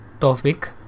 topic